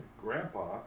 Grandpa